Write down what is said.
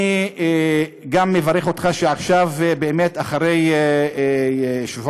אני מברך גם אותך, שעכשיו, אחרי שבועות